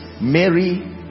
mary